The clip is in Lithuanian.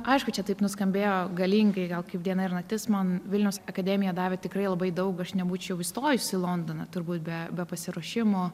aišku čia taip nuskambėjo galingai gal kaip diena ir naktis man vilniaus akademija davė tikrai labai daug aš nebūčiau įstojus į londoną turbūt be be pasiruošimo